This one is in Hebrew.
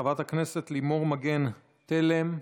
חברת הכנסת לימור מגן תלם,